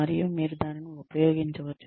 మరియు మీరు దానిని ఉపయోగించవచ్చు